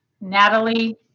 Natalie